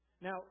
Now